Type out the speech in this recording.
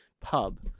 pub